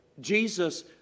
Jesus